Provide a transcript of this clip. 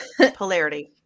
Polarity